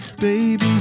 Baby